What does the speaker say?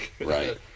right